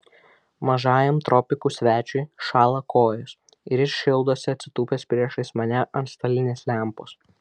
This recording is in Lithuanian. mažajam tropikų svečiui šąla kojos ir jis šildosi atsitūpęs priešais mane ant stalinės lempos